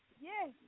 Yes